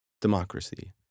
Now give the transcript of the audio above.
democracy